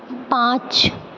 پانچ